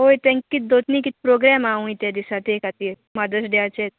ओय तेंक कित दोतनी कित प्रोग्राम आहा हुंय तें दिसां ते खातीर मादर्स डेयाचेर